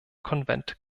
konvent